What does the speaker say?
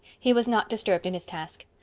he was not disturbed in his task.